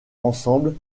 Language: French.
ensemble